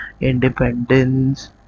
independence